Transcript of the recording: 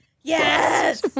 Yes